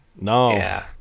No